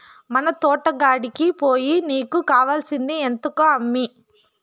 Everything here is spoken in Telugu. మన తోటకాడికి పోయి నీకు కావాల్సింది ఎత్తుకో అమ్మీ